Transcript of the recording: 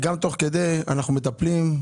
תוך כדי אנחנו מטפלים,